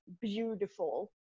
beautiful